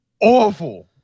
awful